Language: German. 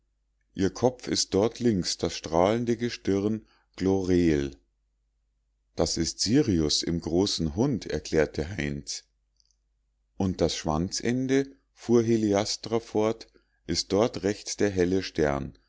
ihr kopf ist dort links das strahlende gestirn glorhel das ist sirius im großen hund erläuterte heinz und das schwanzende fuhr heliastra fort ist dort rechts der helle stern